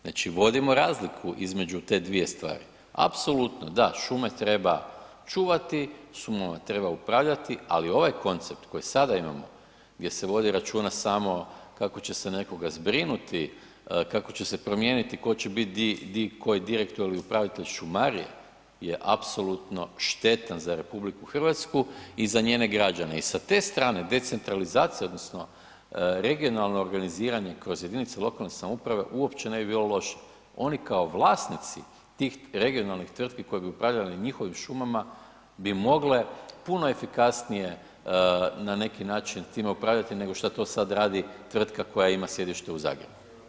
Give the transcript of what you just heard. Znači vodimo razliku između te dvije stvari, apsolutno da, šume treba čuvati, šumama treba upravljati ali ovaj koncept koji sada imamo gdje se vodi računa samo kako će se nekoga zbrinuti, kako će se promijeniti tko će bit di koji direktor ili upravitelj šumarije je apsolutno štetan za RH i za njene građane i sa te strane decentralizacija odnosno regionalno organiziranje kroz jedinice lokalne samouprave uopće ne bi bilo loše, oni kao vlasnici tih regionalnih tvrtki koje bi upravljale njihovim šumama bi mogle puno efikasnije na neki način time upravljati nego šta to sad radi tvrtka koja ima sjedište u Zagrebu.